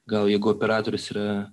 gal jeigu operatorius yra